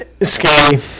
scary